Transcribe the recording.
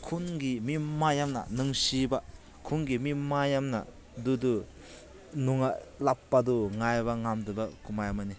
ꯈꯨꯟꯒꯤ ꯃꯤ ꯃꯌꯥꯝꯅ ꯅꯨꯡꯁꯤꯕ ꯈꯨꯟꯒꯤ ꯃꯤ ꯃꯌꯥꯝꯅ ꯑꯗꯨꯗꯨ ꯅꯨꯡꯉꯥꯏ ꯂꯥꯛꯄꯗꯨ ꯉꯥꯏꯕ ꯉꯝꯗꯕ ꯀꯨꯝꯍꯩ ꯑꯃꯅꯤ